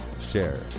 Share